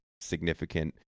significant